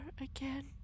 again